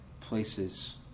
places